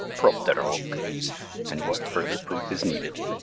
propter hoc and what further proof is needed!